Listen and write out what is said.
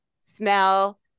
smell